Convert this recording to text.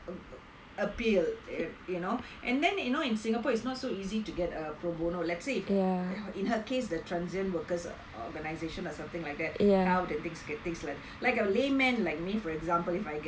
appeal you know and then you know in singapore is not so easy to get a pro bono let's say if in her case the transient workers organisation or something like that helmed the things get done like that like if a layman like me for example if I get